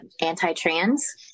anti-trans